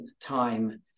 time